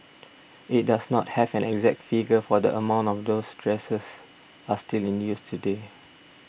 it does not have an exact figure for the amount of those dressers are still in use today